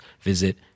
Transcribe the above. visit